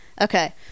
Okay